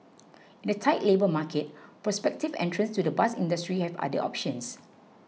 in a tight labour market prospective entrants to the bus industry have other options